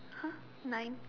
!huh! nine